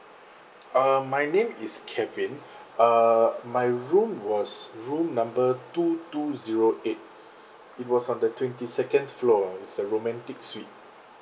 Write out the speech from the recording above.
uh my name is kevin uh my room was room number two two zero eight it was on the twenty second floor it's a romantic suite